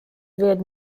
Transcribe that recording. wird